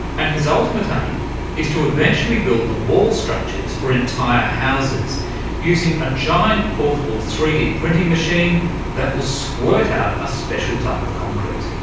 and his ultimate aim is to eventually build the wall structures for entire houses using a giant portable three d printing machine that will squirt out a special type of concrete.